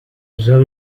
zou